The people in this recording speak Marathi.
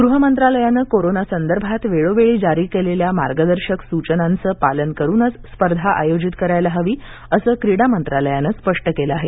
गृह मंत्रालयानं कोरोना संदर्भात वेळोवेळी जारी केलेल्या मार्गदर्शक सुचनांचं पालन करूनच स्पर्धा आयोजित करायला हवी असं क्रीडा मंत्रालयानं स्पष्ट केलं आहे